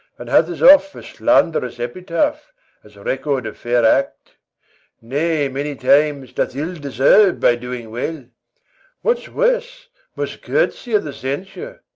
and hath as oft a sland'rous epitaph as record of fair act nay, many times, doth ill deserve by doing well what's worse must curtsy at the censure.